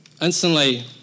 Instantly